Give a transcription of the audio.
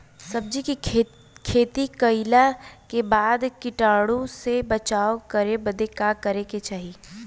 सब्जी के खेती कइला के बाद कीटाणु से बचाव करे बदे का करे के चाही?